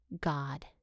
God